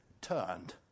turned